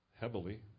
heavily